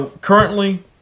currently